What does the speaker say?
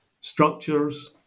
structures